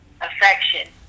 affection